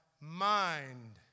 mind